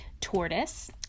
Tortoise